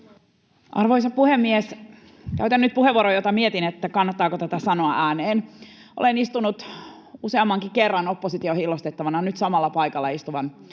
Arvoisa puhemies! Käytän nyt puheenvuoron, jota mietin, että kannattaako tätä sanoa ääneen. Olen istunut useammankin kerran opposition hiillostettavana nyt samalla paikalla istuvan